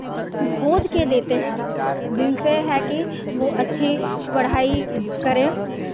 खोज के देते हैं जिनसे है कि वो अच्छी पढ़ाई करें